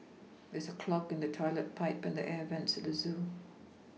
there is a clog in the toilet pipe and the air vents at the zoo